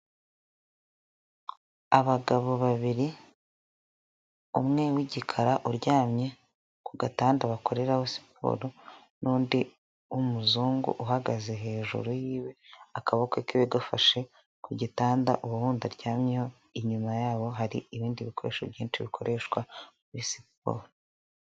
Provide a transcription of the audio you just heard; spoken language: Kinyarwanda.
Abagabo babiri umwe w'igikara uryamye ku gatanda bakoreraho siporo, n'undi w'umuzungu uhagaze hejuru yiwe, akaboko kiwe gafashe ku gitanda, uwo wundi aryamyeho, inyuma yabo hari ibindi bikoresho byinshi bikoreshwa muri siporo.